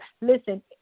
listen